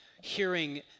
hearing